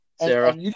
Sarah